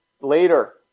Later